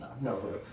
no